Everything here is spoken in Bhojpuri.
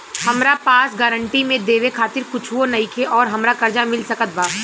हमरा पास गारंटी मे देवे खातिर कुछूओ नईखे और हमरा कर्जा मिल सकत बा?